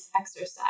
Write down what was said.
exercise